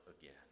again